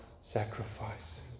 sacrifice